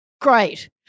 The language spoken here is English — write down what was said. Great